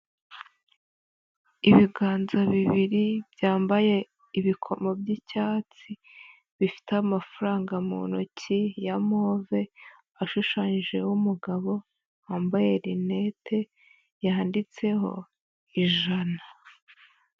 Ibiganza bibiri byambaye ibikomo by'icyatsi, bifite amafaranga mu ntoki ya move, ashushanyije umugabo, wambaye rinete yanditseho ijana.